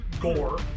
Gore